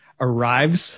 arrives